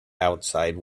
outside